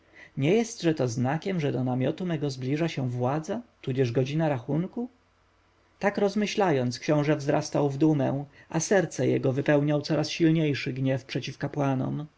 nie jestże to znakiem że do namiotu mego zbliża się władza tudzież godzina rachunku tak rozmyślając książę wzrastał w dumę a serce jego wypełniał coraz silniejszy gniew przeciw kapłanom